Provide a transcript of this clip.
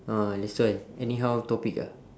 oh that's why anyhow topic ah